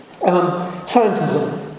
Scientism